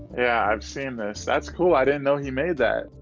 yeah, i've seen this. that's cool. i didn't know he made that.